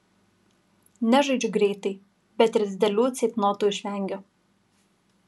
nežaidžiu greitai bet ir didelių ceitnotų išvengiu